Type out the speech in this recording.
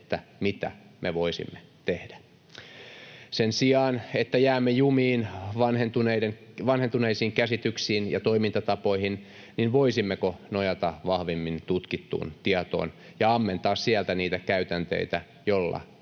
mitä me voisimme tehdä. Sen sijaan, että jäämme jumiin vanhentuneisiin käsityksiin ja toimintatapoihin, voisimmeko nojata vahvemmin tutkittuun tietoon ja ammentaa sieltä niitä käytänteitä, joilla